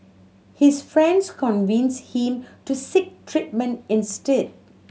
his friends convinced him to seek treatment instead